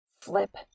Flip